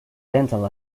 dental